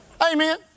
Amen